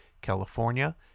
California